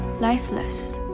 lifeless